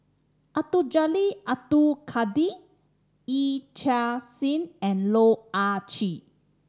Abdul Jalil Abdul Kadir Yee Chia Hsing and Loh Ah Chee